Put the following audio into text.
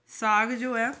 ਸਾਗ ਜੋ ਆ